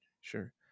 Sure